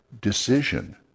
decision